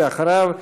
ואחריו,